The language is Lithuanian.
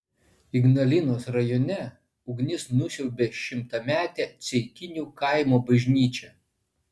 ignalinos rajone ugnis nusiaubė šimtametę ceikinių kaimo bažnyčią